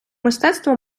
мистецтво